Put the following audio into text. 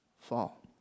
fall